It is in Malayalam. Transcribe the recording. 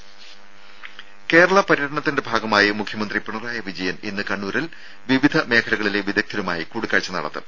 രും കേരള പര്യടനത്തിന്റെ ഭാഗമായി മുഖ്യമന്ത്രി പിണറായി വിജയൻ ഇന്ന് കണ്ണൂരിൽ വിവിധ മേഖലകളിലെ വിദഗ്ധരുമായി കൂടിക്കാഴ്ച്ച നടത്തും